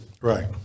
Right